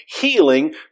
healing